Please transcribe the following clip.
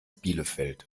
bielefeld